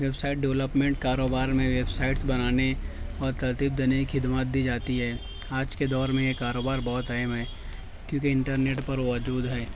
web site development کاروبار میں websites بنانے اور ترتیب دینے کی خدمات دی جاتی ہے آج کے دور میں یہ کاروبار بہت اہم ہے کیونکہ انٹرنیٹ پر وجود ہے